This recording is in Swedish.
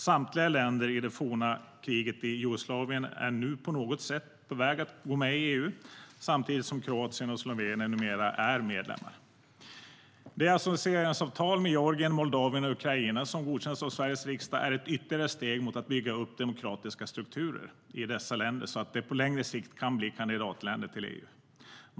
Samtliga länder i det forna kriget i Jugoslavien är nu på något sätt på väg att gå med i EU, samtidigt som Kroatien och Slovenien numera är medlemmar.De associeringsavtal med Georgien, Moldavien och Ukraina som godkänts av Sveriges riksdag är ett ytterligare steg mot att bygga upp demokratiska strukturer i dessa länder så att de på längre sikt kan bli kandidatländer till EU.